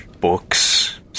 books